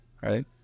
Right